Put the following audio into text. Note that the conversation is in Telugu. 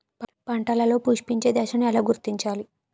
పంటలలో పుష్పించే దశను ఎలా గుర్తించాలి?